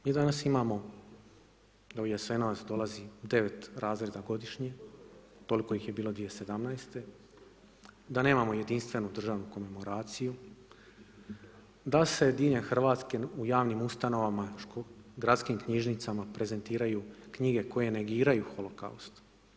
Mi danas imamo novi Jasenovac dolazi 9 razreda godišnje toliko ih je bilo 2017., da nemamo jedinstvenu državnu komemoraciju, da se diljem Hrvatske u javnim ustanovama, gradskim knjižnicama prezentiraju knjige koje negiraju holokaust.